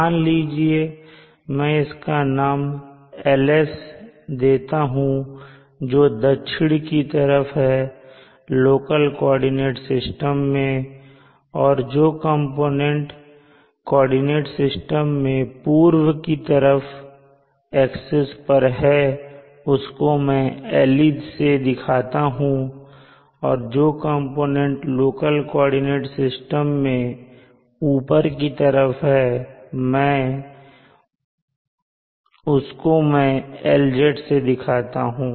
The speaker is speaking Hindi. मान लीजिए मैं इसका नाम LS देता हूं जो दक्षिण की तरफ है लोकल कोऑर्डिनेट सिस्टम में और जो कंपोनेंट लोकल कोऑर्डिनेट सिस्टम के पूर्व एक्सिस पर है उसको मैं LE से दिखाता हूं और जो कंपोनेंट लोकल कोऑर्डिनेट सिस्टम मैं ऊपर की तरफ है उसको मैं LZ से दिखाता हूं